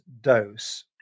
dose